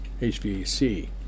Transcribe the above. HVAC